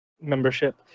membership